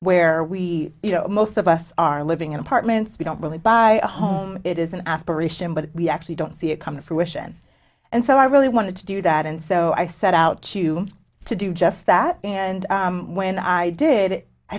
where we you know most of us are living in apartments we don't really buy a home it is an aspiration but we actually don't see it come to fruition and so i really wanted to do that and so i set out to to do just that and when i did i